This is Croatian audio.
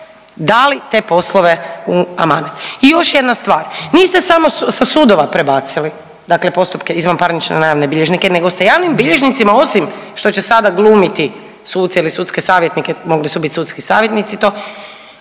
dali te poslove u amanet. I još jedna stvar, niste samo sa sudova prebacili dakle postupke izvanparnične na javne bilježnike, nego ste javnim bilježnicima osim što će sada glumiti suce ili sudske savjetnike, mogli su bit sudski savjetnici to,